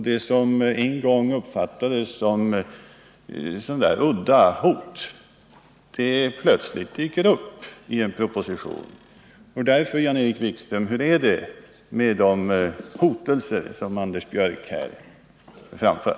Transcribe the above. Det som en gång uppfattades som udda hot dyker plötsligt uppi en proposition. Därför, Jan-Erik Wikström: Hur är det med de hotelser som Anders Björck här framför?